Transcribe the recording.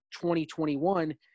2021